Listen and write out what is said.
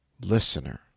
listener